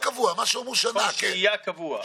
הם עתרו לבית הדין לעבודה בבקשה שהמדינה תקלוט אותם כעובדי קבע.